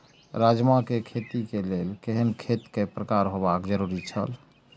राजमा के खेती के लेल केहेन खेत केय प्रकार होबाक जरुरी छल?